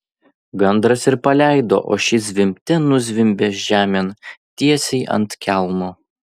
gandras ir paleido o ši zvimbte nuzvimbė žemėn tiesiai ant kelmo